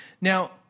Now